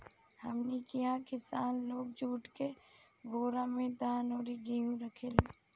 हमनी किहा किसान लोग जुट के बोरा में धान अउरी गेहू रखेले